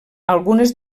algunes